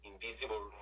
invisible